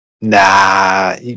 nah